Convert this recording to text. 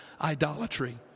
idolatry